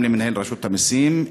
גם למנהל רשות המסים,